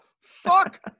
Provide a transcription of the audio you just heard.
Fuck